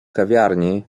kawiarni